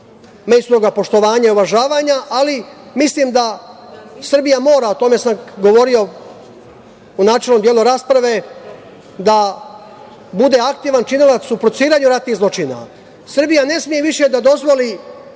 međusobnog poštovanja i uvažavanja, ali mislim da Srbija mora, o tome sam govorio u načelnom delu rasprave da bude aktivan činilac u procenjivanju ratnih zločina. Srbija ne sme više da dozvoli